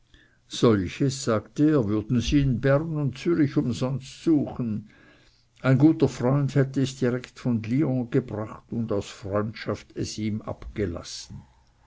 solches sagte er würden sie in bern und zürich umsonst suchen ein guter freund hätte es direkt von lyon gebracht und aus freundschaft es ihm abgelassen